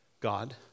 God